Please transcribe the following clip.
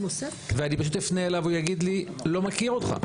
ואני פשוט אפנה אליו והוא יגיד לי לא מכיר אותך.